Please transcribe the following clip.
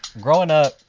growing up,